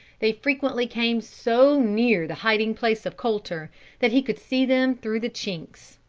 they frequently came so near the hiding place of colter that he could see them through the chinks.